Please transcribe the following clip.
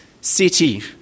city